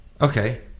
Okay